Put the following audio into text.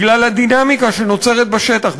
בגלל הדינמיקה שנוצרת בשטח,